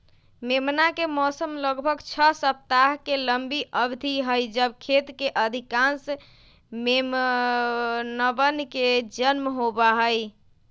मेमना के मौसम लगभग छह सप्ताह के लंबी अवधि हई जब खेत के अधिकांश मेमनवन के जन्म होबा हई